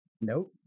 Nope